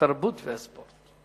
התרבות והספורט.